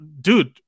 dude